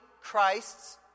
Christ's